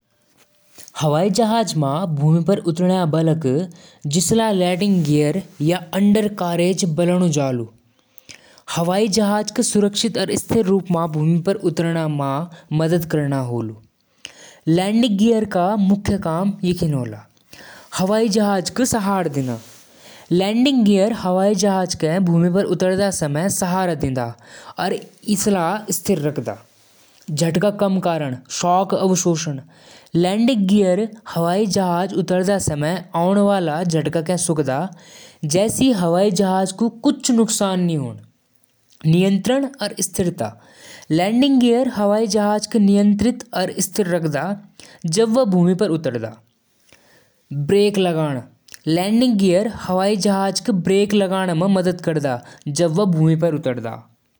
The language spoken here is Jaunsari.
कंप्यूटर क मुख्य भाग होलु processor CPU, memory RAM, hard drive, motherboard, और पावर सप्लाई। सीपीयू कंप्यूटर क दिमाग होलु। रैम अस्थायी डेटा संभालण म मदद करदु। हार्ड ड्राइव डाटा और फाइल क लंबे समय तक स्टोर करदु। मदरबोर्ड सब पार्ट्स क जोड़ण क काम करदु। पावर सप्लाई बिजली क सप्लाई करदु। मॉनिटर, कीबोर्ड, और माउस भी जरूरी होलि।